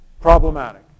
problematic